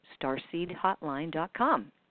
StarseedHotline.com